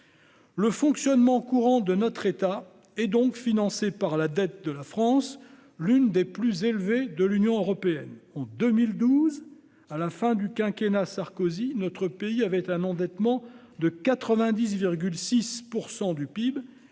Le fonctionnement courant de notre État est donc financé par la dette de la France, l'une des plus élevées de l'Union européenne. En 2012, à la fin du quinquennat Sarkozy, notre pays avait un endettement de 90,6 % du PIB,